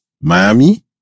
Miami